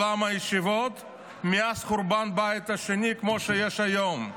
בעולם הישיבות מאז חורבן בית שני כמו שיש היום.